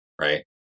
right